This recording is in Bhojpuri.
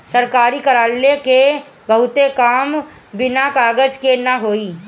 सरकारी कार्यालय क बहुते काम बिना कागज के ना होई